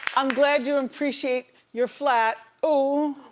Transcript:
i'm glad you appreciate your flat. ooh,